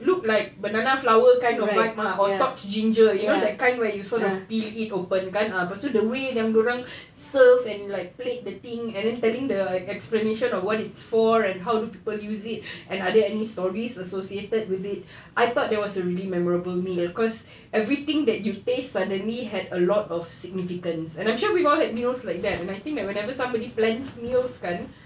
look like banana flower kind of vibe ah or top ginger you know that kind where you sort of peel it open kan ah lepas tu the way yang dia orang serve and like plate the thing and then telling the explanation of what it's for and how do people use it are there any stories associated with it I thought that was a really memorable meal cause everything that you taste suddenly had a lot of significance and I'm sure we all had meals like that and I think whenever somebody plans meal kan